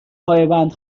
پایبند